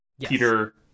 Peter